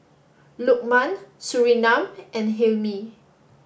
Lukman Surinam and Hilmi